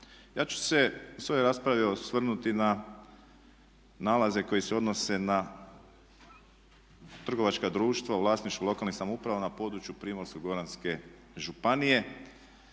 Ja ću se u svojoj raspravi osvrnuti na nalaze koji se odnose na trgovačka društva u vlasništvu lokalnih samouprava na području Primorsko-goranske županije